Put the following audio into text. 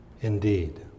indeed